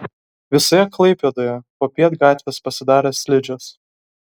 visoje klaipėdoje popiet gatvės pasidarė slidžios